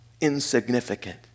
insignificant